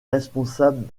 responsables